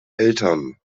eltern